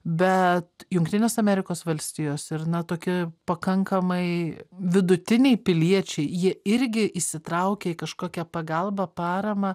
bet jungtinės amerikos valstijos ir na tokie pakankamai vidutiniai piliečiai jie irgi įsitraukia į kažkokią pagalbą paramą